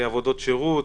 עבודות שירות,